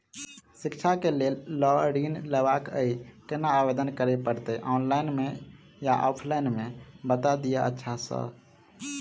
शिक्षा केँ लेल लऽ ऋण लेबाक अई केना आवेदन करै पड़तै ऑनलाइन मे या ऑफलाइन मे बता दिय अच्छा सऽ?